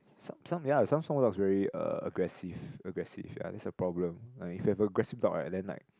some ya some small dogs very uh aggressive aggressive ya that's a problem like if you have aggressive dog ah then like